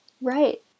Right